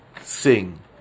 sing